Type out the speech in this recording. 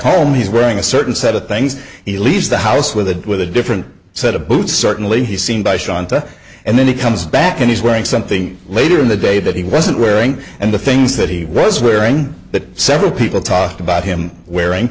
home he's wearing a certain set of things he leaves the house with it with a different set of boots certainly he's seen by shontelle and then he comes back and he's wearing something later in the day that he wasn't wearing and the things that he was wearing that several people talked about him wearing